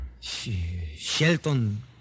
Shelton